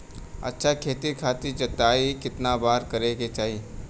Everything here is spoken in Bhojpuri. अच्छा खेती खातिर जोताई कितना बार करे के चाही?